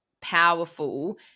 powerful